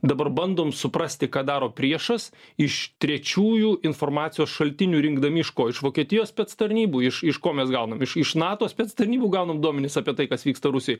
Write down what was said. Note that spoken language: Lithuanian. dabar bandom suprasti ką daro priešas iš trečiųjų informacijos šaltinių rinkdami iš ko iš vokietijos spec tarnybų iš iš ko mes gaunam iš iš nato spec tarnybų gaunam duomenis apie tai kas vyksta rusijoj